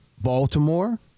Baltimore